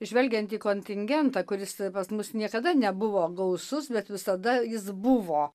žvelgiant į kontingentą kuris pas mus niekada nebuvo gausus bet visada jis buvo